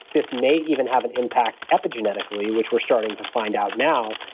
this may even have an impact epigenetically, which we're starting to find out now.